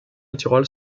littoral